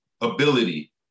ability